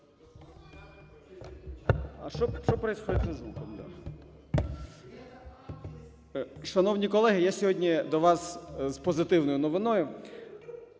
Шановні колеги, я сьогодні до вас з позитивною новиною.